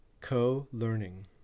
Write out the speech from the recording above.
Co-Learning